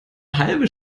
halbe